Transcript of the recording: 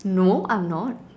no I'm not